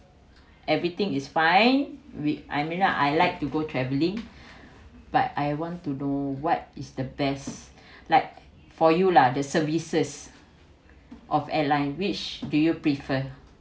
everything is fine with I mean lah I like to go travelling but I want to do what is the best like for you lah the services of airline which do you prefer